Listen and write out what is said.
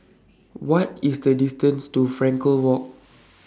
What IS The distance to Frankel Walk